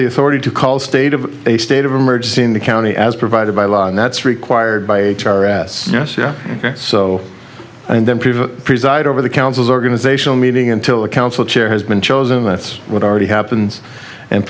the authority to call a state of a state of emergency in the county as provided by law and that's required by us yeah so and then preside over the councils organizational meeting until the council chair has been chosen that's what already happens and